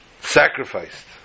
sacrificed